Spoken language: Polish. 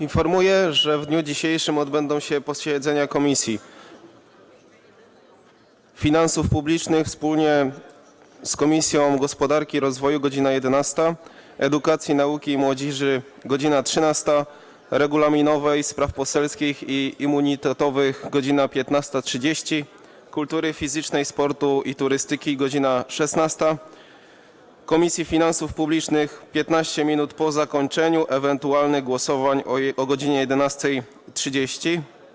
Informuję, że w dniu dzisiejszym odbędą się posiedzenia Komisji: - Finansów Publicznych wspólnie z Komisją Gospodarki i Rozwoju - godz. 11, - Edukacji, Nauki i Młodzieży - godz. 13, - Regulaminowej, Spraw Poselskich i Immunitetowych - godz. 15.30, - Kultury Fizycznej, Sportu i Turystyki - godz. 16, - Finansów Publicznych - 15 minut po zakończeniu ewentualnych głosowań, o godz. 11.30.